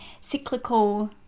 cyclical